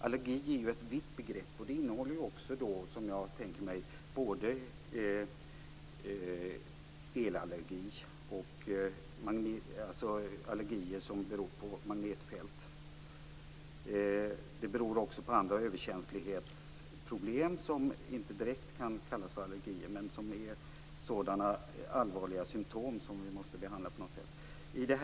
Allergi är ett vitt begrepp, och det innehåller både elallergi och allergier som beror på magnetfält och andra överkänslighetsproblem, som inte direkt kan kallas allergier men som ger sådana allvarliga symtom som måste behandlas på något sätt.